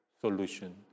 solution